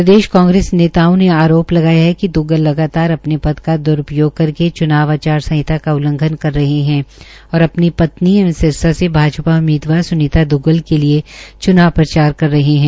प्रदेश Congress नेताओं ने आरोप लगाया है कि श्री दुग्गल लगातार अपने पद का दुरूपयोग करके च्नाव आचार संहिता का उल्लंघन कर रहे हैं और अपनी पत्नी एवं सिरसा से भाजपा उम्मीदवार सुनीता द्ग्गल के लिए च्नाव प्रचार कर रहे हैं